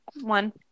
one